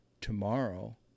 tomorrow